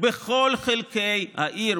בכל חלקי העיר,